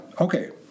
Okay